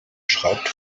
schreibt